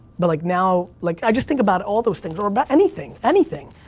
but like now, like, i just think about all those things, or about anything, anything.